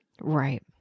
right